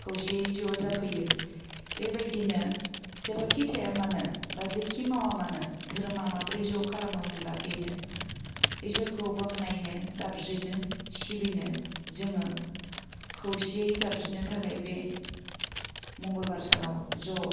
खौसेयै ज' जाफैयो बेबायदिनो जेरावखि थाया मानो बा जेखि मावा मानो धोरोमा माब्रै ज' खालामो होमबा बेनो इसोरखौ बाखोनायनो गाबज्रिनो सिबिनो जोङो खौसेयै गाबज्रिनो थाखाय बे मंगलबार सानाव ज'